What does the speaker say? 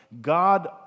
God